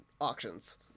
auctions